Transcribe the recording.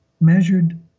measured